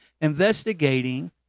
investigating